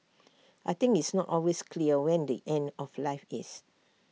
I think it's not always clear when the end of life is